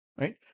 right